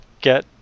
get